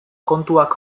kontuak